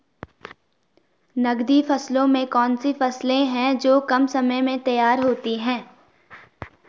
नकदी फसलों में कौन सी फसलें है जो कम समय में तैयार होती हैं?